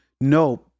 No